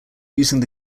using